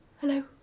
Hello